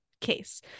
case